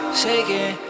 shaking